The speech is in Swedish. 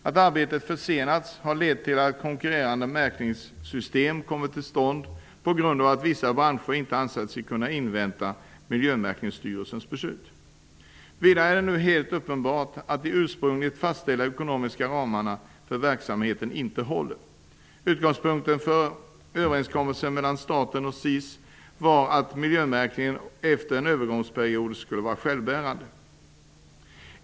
Att arbetet försenats har lett till att konkurrerande märkningssystem kommit till stånd på grund av att vissa branscher inte ansett sig kunna invänta Miljömärkningsstyrelsens beslut. Vidare är det nu helt uppenbart att de ursprungligen fastställda ekonomiska ramarna för verksamheten inte håller. Utgångspunkten för överenskommelsen mellan staten och SIS var att miljömärkningen efter en övergångsperiod skulle vara självbärande.